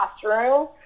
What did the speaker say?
classroom